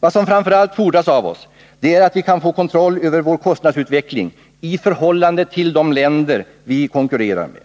Vad som framför allt fordras av oss är att vi kan få kontroll över vår kostnadsutveckling i förhållande till de länder vi konkurrerar med.